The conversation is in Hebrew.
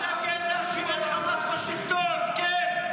אני מתנגד להשאיר את חמאס בשלטון, כן.